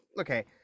okay